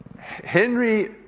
Henry